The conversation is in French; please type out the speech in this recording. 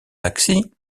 taxis